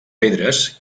pedres